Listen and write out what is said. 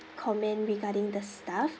comment regarding the staff